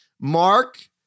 Mark